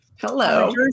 Hello